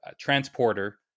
transporter